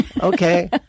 Okay